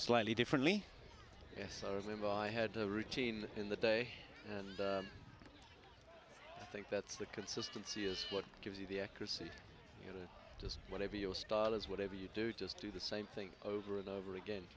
slightly differently yes i remember i had a routine in the day and i think that's the consistency is what gives you the accuracy you know just whatever your style is whatever you do just do the same thing over and over again